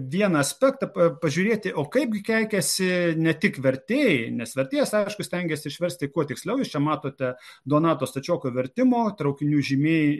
dieną aspektą pa pažiūrėti o kaipgi keikiasi ne tik vertėjai nes vertėjas aišku stengiasi išversti kuo tiksliau jūs čia matote donato stačioko vertimo traukinių žymieji